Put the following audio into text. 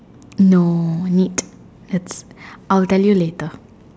no need it's I'll tell you later